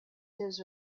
his